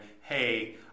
hey